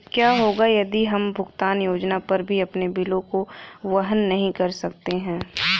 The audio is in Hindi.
क्या होगा यदि हम भुगतान योजना पर भी अपने बिलों को वहन नहीं कर सकते हैं?